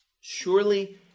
Surely